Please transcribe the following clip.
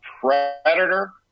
predator